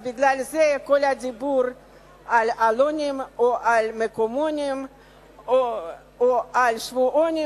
אז בגלל זה כל הדיבור על עלונים או על מקומונים או על שבועונים,